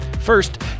First